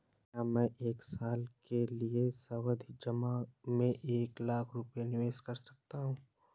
क्या मैं एक साल के लिए सावधि जमा में एक लाख रुपये निवेश कर सकता हूँ?